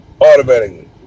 automatically